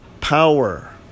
power